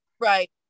right